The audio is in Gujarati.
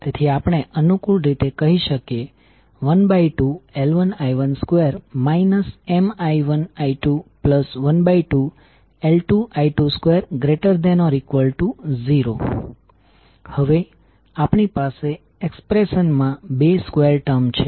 તેથી આપણે અનુકૂળ રીતે કહી શકીએ 12L1i12 Mi1i212L2i22≥0 હવે આપણી પાસે એક્સપ્રેશન માં બે સ્કવેર ટર્મ છે